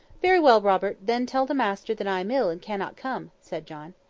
very well, robert, then tell the master that i am ill and cannot come, said john.